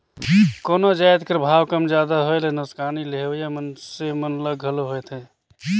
कोनो जाएत कर भाव कम जादा होए ले नोसकानी लेहोइया मइनसे मन ल घलो होएथे